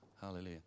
Hallelujah